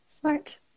Smart